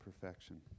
perfection